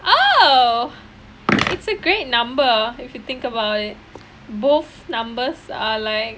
oh it's a great number if you think about it both numbers are like